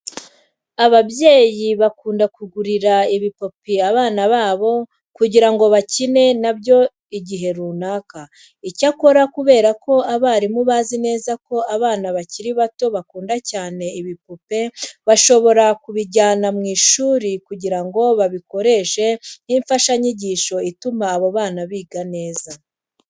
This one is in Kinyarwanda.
Ababyeyi bakunda kugurira ibipupe abana babo kugira ngo bakine na byo igihe runaka. Icyakora kubera ko abarimu bazi neza ko abana bakiri bato bakunda cyane ibipupe bashobora kubijyana mu ishuri kugira ngo babikoreshe nk'imfashanyigisho ituma abo bana biga neza.